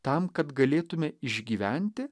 tam kad galėtume išgyventi